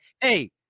Hey